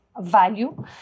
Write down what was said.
value